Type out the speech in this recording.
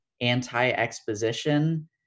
anti-exposition